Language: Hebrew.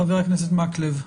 חבר הכנסת מקלב.